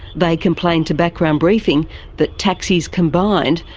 they complained to background briefing that taxis combined,